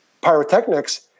pyrotechnics